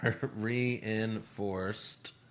reinforced